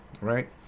right